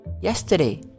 Yesterday